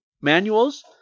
manuals